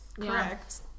Correct